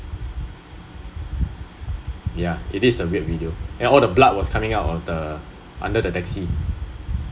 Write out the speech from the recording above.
ya it is a weird video and all the blood was coming out of the under the taxi